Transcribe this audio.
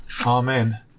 Amen